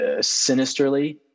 sinisterly